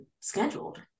scheduled